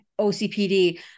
OCPD